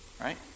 Right